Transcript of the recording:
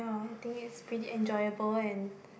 I think is pretty enjoyable and